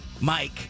Mike